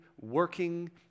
working